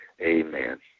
Amen